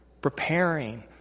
preparing